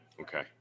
okay